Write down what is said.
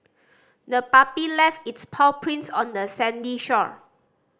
the puppy left its paw prints on the sandy shore